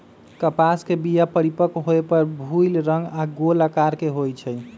कपास के बीया परिपक्व होय पर भूइल रंग आऽ गोल अकार के होइ छइ